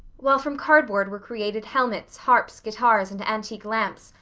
while from cardboard were created helmets, harps, guitars, and antique lamps,